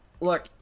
Look